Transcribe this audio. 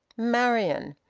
marian.